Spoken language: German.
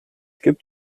gibt